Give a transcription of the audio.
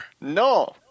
No